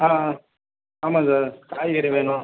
ஆ ஆ ஆமாம் சார் காய்கறி வேணும்